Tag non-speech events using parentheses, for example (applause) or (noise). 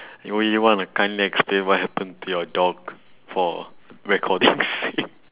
you wan~ you want to kinda explain what happened to your dog for recording's sake (laughs)